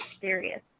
serious